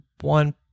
one